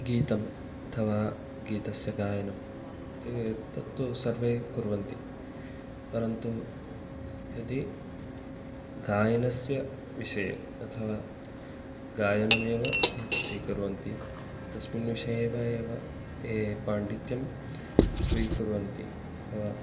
गीतम् अथवा गीतस्य गायनं ते तत्तु सर्वे कुर्वन्ति परन्तु यदि गायनस्य विषये अथवा गायनमेव यत्स्वीकुर्वन्ति तस्मिन् विषये एव एव ये पाण्डित्यं स्वीकुर्वन्ति अथवा